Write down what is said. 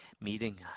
meeting